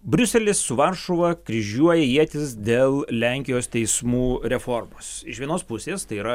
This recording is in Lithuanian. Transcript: briuselis su varšuva kryžiuoja ietis dėl lenkijos teismų reformos iš vienos pusės tai yra